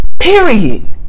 period